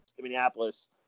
Minneapolis